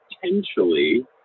potentially